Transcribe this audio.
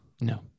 no